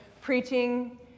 preaching